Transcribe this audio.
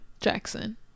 Jackson